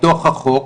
מתוך החוק,